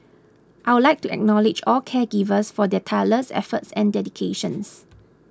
I would like to acknowledge all caregivers for their tireless efforts and dedications